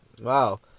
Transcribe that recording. wow